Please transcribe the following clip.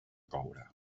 coure